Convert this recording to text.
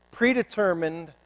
predetermined